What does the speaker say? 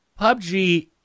PUBG